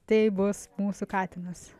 tai bus mūsų katinas